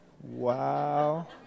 Wow